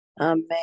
Amen